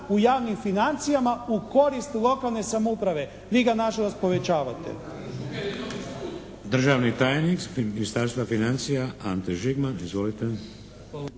u javnim financijama u korist lokalne samouprave. Vi ga nažalost povećavate.